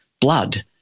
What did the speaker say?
blood